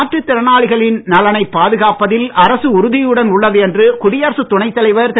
மாற்றுத் திறனாளிகளின் நலனைப் பாதுகாப்பதில் அரசு உறுதியுடன் உள்ளது என்று குடியரசுத் துணைத் தலைவர் திரு